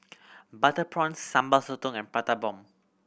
butter prawns Sambal Sotong and Prata Bomb